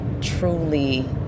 truly